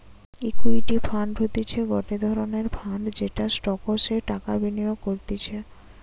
equity fund হতিছে গটে ধরণের ফান্ড যেটা স্টকসে টাকা বিনিয়োগ করতিছে